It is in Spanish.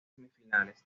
semifinales